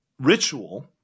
ritual